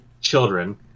children